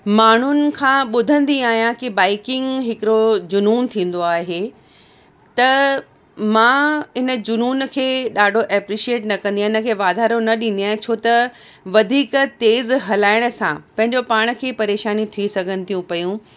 माण्हुनि खां ॿुधंदी आहियां कि बाइकिंग हिकिड़ो जुनून थींदो आहे त मां इन जुनून खे ॾाढो एप्रिशिएट न कंदी आहियां इनखे वाधारो न ॾींदी आहियां छो त वधीक तेज़ु हलाइण सां पंहिंजो पाण खे परेशानी थी सघनि थी पयूं